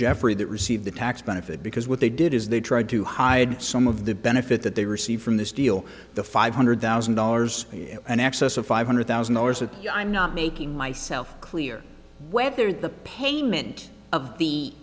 jeffrey that received the tax benefit because what they did is they tried to hide some of the benefit that they received from this deal the five hundred thousand dollars in excess of five hundred thousand dollars a year i'm not making myself clear whether the pain meant of the